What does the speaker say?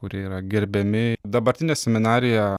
kurie yra gerbiami dabartinę seminariją